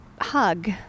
hug